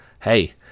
hey